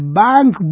bank